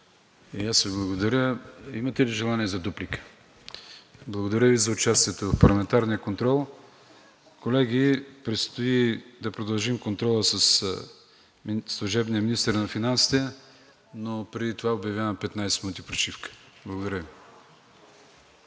Благодаря. Имате ли желание за дуплика? Не. Благодаря Ви за участието в парламентарния контрол. Колеги, предстои да продължим контрола със служебния министър на финансите, но преди това обявявам 15 минути почивка. Благодаря Ви.